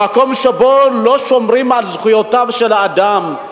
במקום שבו לא שומרים על זכויותיו של האדם,